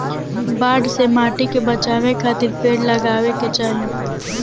बाढ़ से माटी के बचावे खातिर पेड़ लगावे के चाही